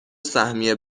سهمیه